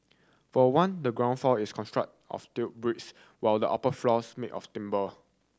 for one the ground floor is construct of tile bricks while the upper floors made of timber